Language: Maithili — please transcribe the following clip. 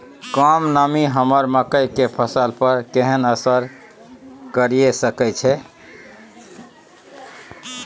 कम नमी हमर मकई के फसल पर केहन असर करिये सकै छै?